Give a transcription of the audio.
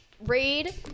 read